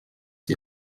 die